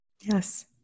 Yes